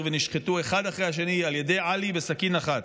ונשחטו אחד אחרי השני על ידי עלי בסכין אחת.